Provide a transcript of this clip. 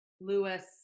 lewis